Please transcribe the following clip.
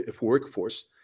workforce